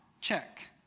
Check